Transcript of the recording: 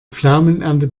pflaumenernte